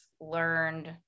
learned